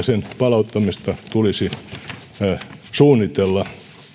sen palauttamista tulisi suunnitella